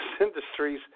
Industries